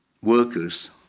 workers